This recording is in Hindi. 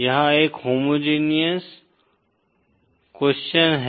यह एक होमोजेनियस क्वेश्चन है